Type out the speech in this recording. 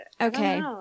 Okay